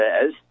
says